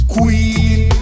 Queen